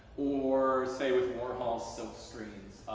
or say with warhol's silk screens,